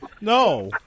no